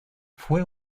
fue